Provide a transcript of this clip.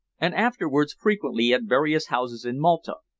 and afterwards frequently at various houses in malta,